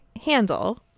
handle